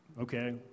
Okay